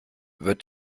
wird